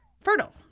fertile